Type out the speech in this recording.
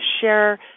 share